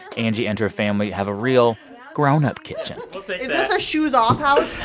angie and her family have a real grown-up kitchen is this a shoes-off house?